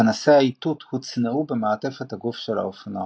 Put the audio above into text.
פנסי האיתות הוצנעו במעטפת הגוף של האופנוע.